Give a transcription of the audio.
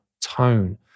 tone